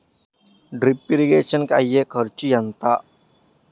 Drip irrigation కూ అయ్యే ఖర్చు ఎంత?